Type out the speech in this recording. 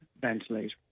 ventilate